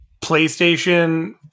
PlayStation